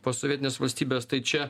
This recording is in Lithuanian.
posovietinės valstybės tai čia